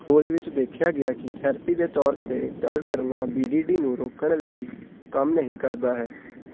ਖੋਜ ਵਿੱਚ ਦੇਖਿਆ ਗਿਆ ਕਿ ਥੈਰੇਪੀ ਦੇ ਤੌਰ 'ਤੇ ਗੱਲ ਕਰਨਾ ਬੀ ਡੀ ਡੀ ਨੂੰ ਰੋਕਣ ਲਈ ਕੰਮ ਨਹੀਂ ਕਰਦਾ ਹੈ